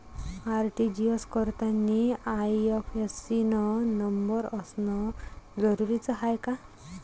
RTGS करतांनी IFSC न number असनं जरुरीच हाय का?